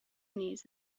knees